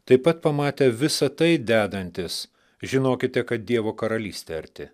taip pat pamatę visa tai dedantis žinokite kad dievo karalystė arti